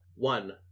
One